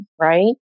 Right